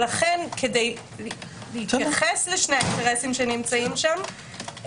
לכן כדי להתייחס לשני האינטרסים שנמצאים שם,